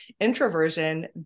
introversion